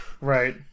Right